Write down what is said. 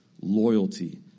loyalty